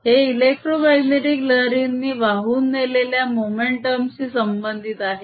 हे इलेक्ट्रोमाग्नेटीक लहरींनी वाहून नेलेल्या मोमेंटम शी संबंधित आहे